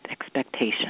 expectation